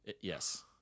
Yes